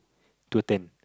to attend